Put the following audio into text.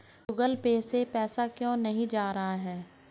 Google Pay से पैसा क्यों नहीं जा रहा है?